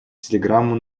телеграмму